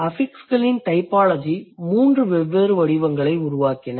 அஃபிக்ஸ்களின் typology மூன்று வெவ்வேறு வடிவங்களை உருவாக்கின்றன